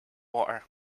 water